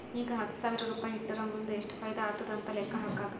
ಈಗ ಹತ್ತ್ ಸಾವಿರ್ ರುಪಾಯಿ ಇಟ್ಟುರ್ ಮುಂದ್ ಎಷ್ಟ ಫೈದಾ ಆತ್ತುದ್ ಅಂತ್ ಲೆಕ್ಕಾ ಹಾಕ್ಕಾದ್